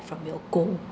from your goal